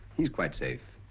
he's quite safe.